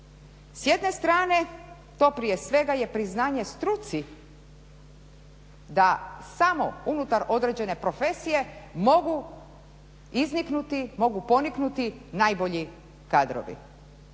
S jedne strane to prije svega je priznanje struci da samo unutar određene profesije mogu izniknuti, mogu poniknuti najbolji kadrovi.